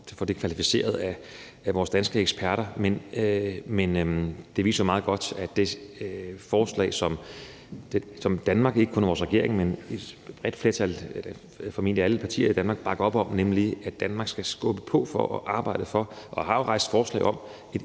få det kvalificeret af vores danske eksperter. Men det viser meget godt, hvor aktuelt og vigtigt det forslag er, som Danmark – ikke kun vores regering, men et bredt flertal, formentlig alle partier i Danmark – bakker op om, nemlig at Danmark skal skubbe på og arbejde for et EU-forbud mod PFAS; det